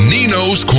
Nino's